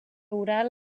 oral